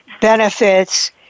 benefits